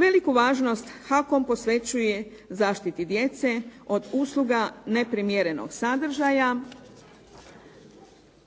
Veliku važnost HAKOM posvećuje zaštiti djece od usluga neprimjerenog sadržaja